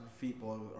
people